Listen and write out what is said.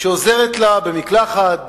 שעוזרת לה במקלחת,